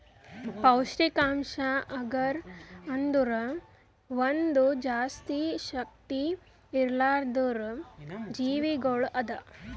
ಪೌಷ್ಠಿಕಾಂಶದ್ ಅಗರ್ ಅಂದುರ್ ಒಂದ್ ಜಾಸ್ತಿ ಶಕ್ತಿ ಇರ್ಲಾರ್ದು ಜೀವಿಗೊಳ್ ಅದಾ